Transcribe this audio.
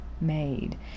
made